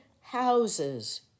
houses